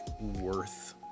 worth